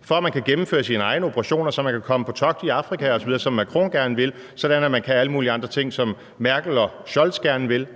for at man kan gennemføre sine egne operationer, så man kan komme på togt i Afrika osv., som Macron gerne vil, så man kan alle mulige andre ting, som Merkel og Scholz gerne vil.